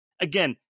again